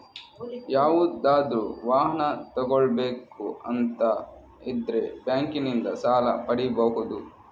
ಯಾವುದಾದ್ರೂ ವಾಹನ ತಗೊಳ್ಬೇಕು ಅಂತ ಇದ್ರೆ ಬ್ಯಾಂಕಿನಿಂದ ಸಾಲ ಪಡೀಬಹುದು